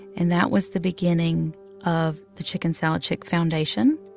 and that was the beginning of the chicken salad chick foundation.